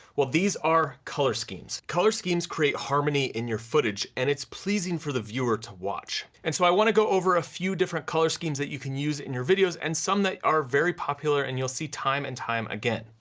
well, these are color schemes. color schemes create harmony in your footage, and it's pleasing for the viewer to watch. and so i wanna go over a few different color schemes that you can use in your videos and some that are very popular, and you'll see time and time again.